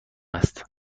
است